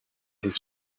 his